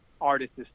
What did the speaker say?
artists